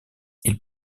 ils